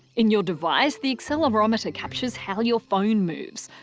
in your device, the accelerometer captures how your phone moves,